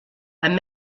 and